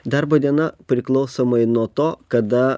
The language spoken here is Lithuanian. darbo diena priklausomai nuo to kada